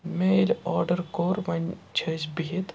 مےٚ ییٚلہِ آرڈَر کوٚر وۄنۍ چھِ أسۍ بِہِتھ